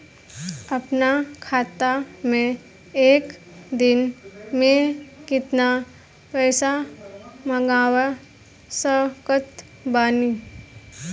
अपना खाता मे एक दिन मे केतना पईसा मँगवा सकत बानी?